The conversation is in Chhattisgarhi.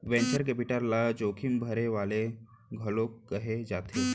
वैंचर कैपिटल ल जोखिम भरे वाले घलोक कहे जाथे